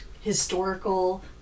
historical